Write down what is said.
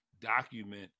document